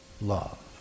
love